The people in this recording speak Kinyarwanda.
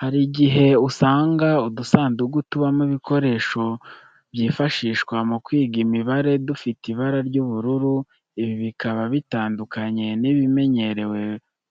Hari igihe usanga udusanduku tubamo ibikoresho byifashishwa mu kwiga imibare dufite ibara ry'ubururu, ibi bikaba bitandukanye n'ibimenyerewe